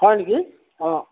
হয় নেকি অঁ